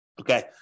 Okay